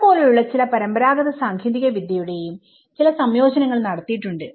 മുള പോലെയുള്ള ചില പരമ്പരാഗത സാങ്കേതിക വിദ്യ യുടെയും ചില സംയോജനങ്ങൾ നടത്തിയിട്ടുണ്ട്